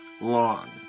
long